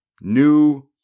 new